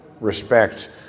respect